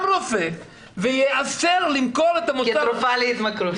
רופא וייאסר למכור את המוצר --- כתרופה להתמכרות.